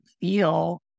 feel